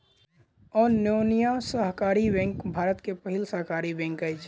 अन्योन्या सहकारी बैंक भारत के पहिल सहकारी बैंक अछि